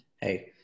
Hey